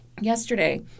yesterday